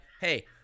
hey